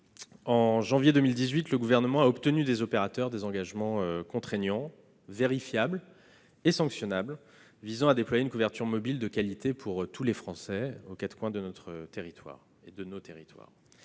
En janvier 2018, le Gouvernement a obtenu des opérateurs des engagements contraignants, vérifiables et sanctionnables, visant à déployer une couverture mobile de qualité pour tous les Français, aux quatre coins de notre pays. Les opérateurs